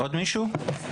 עוד מישהו?